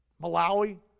Malawi